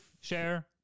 share